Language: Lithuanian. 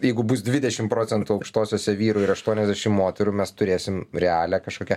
jeigu bus dvidešim procentų aukštosiose vyrų ir aštuoniasdešim moterų mes turėsim realią kažkokią